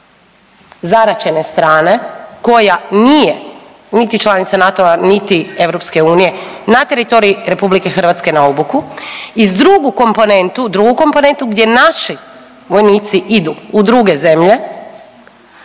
zaraćene strane koja nije niti članica NATO-a niti EU na teritorij RH na obuku i s drugu komponentu, drugu komponentu gdje naši vojnici idu u druge zemlje,